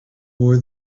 more